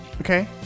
Okay